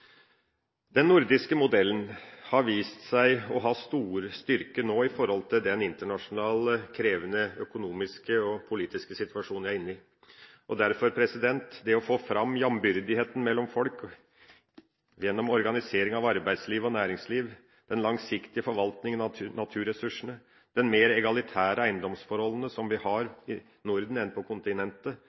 Den nordiske modellen har vist seg å ha stor styrke nå i forhold til den internasjonalt krevende økonomiske og politiske situasjonen vi er inne i. Derfor er det viktig å få fram dette med jambyrdigheten mellom folk gjennom organisering av arbeidsliv og næringsliv, den langsiktige forvaltningen av naturressursene, de mer egalitære eiendomsforholdene som vi har i Norden enn på kontinentet,